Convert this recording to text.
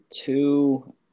two